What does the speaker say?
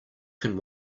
can